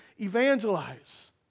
evangelize